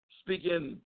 speaking